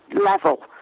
level